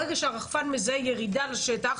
ברגע שהרחפן מזהה ירידה לשטח,